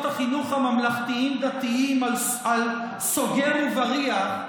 החינוך הממלכתיים-דתיים על סוגר ובריח,